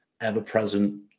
ever-present